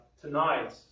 tonight